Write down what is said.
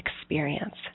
experience